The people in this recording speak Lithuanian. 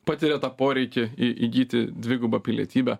patiria tą poreikį į įgyti dvigubą pilietybę